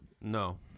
No